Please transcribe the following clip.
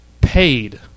paid